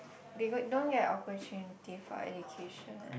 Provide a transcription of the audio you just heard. they got don't get opportunity for education